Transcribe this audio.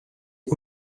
les